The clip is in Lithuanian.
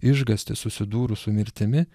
išgąstis susidūrus su mirtimi